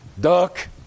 Duck